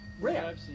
rare